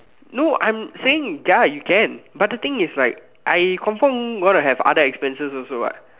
no I'm saying ya you can but the thing is like I confirm gonna have other expenses also what